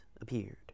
appeared